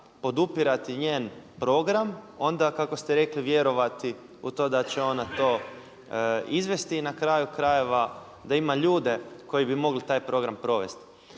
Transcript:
podupirati njen program, onda kako ste rekli, vjerovati u to da će ona to izvesti i na kraju krajeva da ima ljude koji bi mogli taj program provesti.